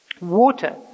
Water